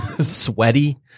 sweaty